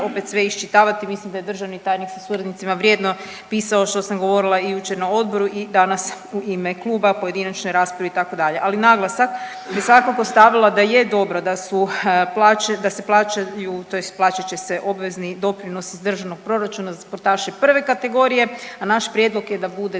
opet se iščitavati, mislim da je državni tajnik sa suradnicima vrijedno pisao što sam govorila i jučer na odboru i danas u ime kluba, pojedinačnoj raspravi itd., ali naglasak bi svakako stavila da je dobro da su plaće, da se plaćaju tj. plaćat će se obvezni doprinosi iz državnog proračuna za sportaše prve kategorije, a naš prijedlog je da bude